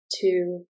two